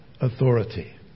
authority